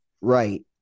Right